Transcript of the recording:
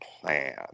plan